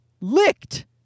licked